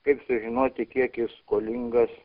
kaip sužinoti kiek jis skolingas